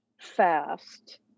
fast